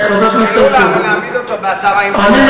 אפשר לשים אותו באתר האינטרנט.